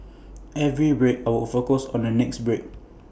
every break I would focus on the next break